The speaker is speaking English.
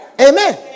Amen